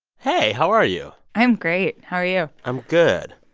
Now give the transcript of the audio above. hey. how are you? i'm great. how are you? i'm good.